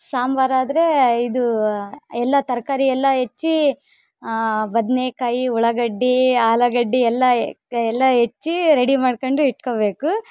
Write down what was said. ಸಾಂಬಾರಾದರೆ ಇದು ಎಲ್ಲ ತರಕಾರಿ ಎಲ್ಲ ಹೆಚ್ಚಿ ಬದನೇಕಾಯಿ ಉಳಾಗಡ್ಡೆ ಆಲೂಗಡ್ಡಿ ಎಲ್ಲ ಎ ಎಲ್ಲ ಹೆಚ್ಚಿ ರೆಡಿ ಮಾಡ್ಕೊಂಡು ಇಟ್ಕೋಬೇಕು